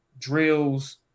drills